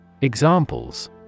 Examples